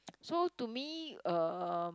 so to me uh